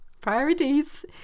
Priorities